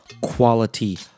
quality